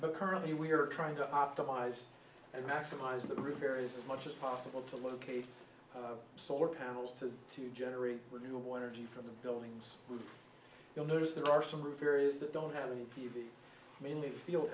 but currently we are trying to optimize and maximize the roof areas as much as possible to locate solar panels to to generate renewable energy from the building's roof you'll notice there are some roof areas that don't have any p v mainly